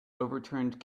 overturned